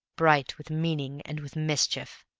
bright with meaning and with mischief.